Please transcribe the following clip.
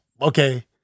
okay